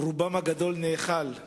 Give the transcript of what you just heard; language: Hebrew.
רובו הגדול נאכל.